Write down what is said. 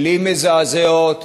מילים מזעזעות,